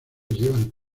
llevan